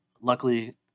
luckily